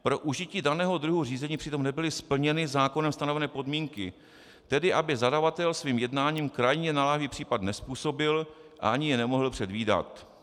Pro užití daného druhu řízení přitom nebyly splněny zákonem stanovené podmínky, tedy aby zadavatel svým jednáním krajně naléhavý případ nezpůsobil a ani je nemohl předvídat.